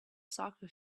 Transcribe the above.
soccer